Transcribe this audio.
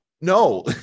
no